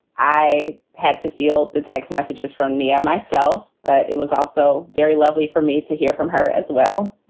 i had to feel the text messages from nia myself. but it was also also very lovely for me to hear from her as well.